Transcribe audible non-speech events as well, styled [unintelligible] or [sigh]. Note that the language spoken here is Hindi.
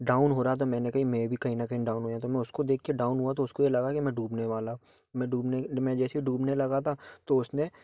डाउन हो रहा था मैंने कहीं मैं भी कहीं न कहीं डाउन हो जाता हूँ मैं उसको देखके डाउन हुआ तो उसको ये लगा कि मैं डूबने वाला हूँ मैं डूबने [unintelligible] में जैसे ही डूबने लगा था तो उसने